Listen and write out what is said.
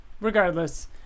Regardless